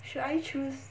should I choose